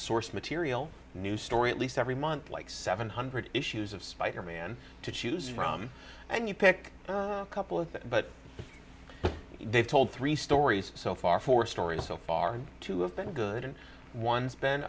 source material new story at least every month like seven hundred issues of spider man to choose from and you pick a couple of them but they've told three stories so far four stories so far two have been good and one's be